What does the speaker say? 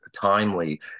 timely